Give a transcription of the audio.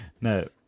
No